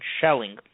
shelling